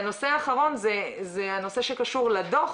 והנושא האחרון הוא הנושא שקשור לדוח